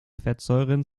fettsäuren